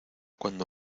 cuando